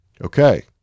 Okay